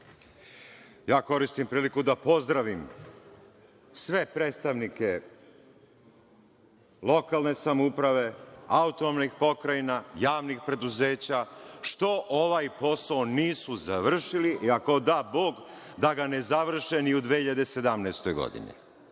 Koristim priliku da pozdravim sve predstavnike lokalne samouprave, autonomnih pokrajina, javnih preduzeća što ovaj posao nisu završili i ako da Bog da ne završe ni u 2017. godini.